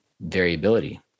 variability